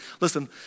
Listen